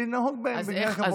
לנהוג בהם בדרך כבוד.